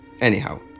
Anyhow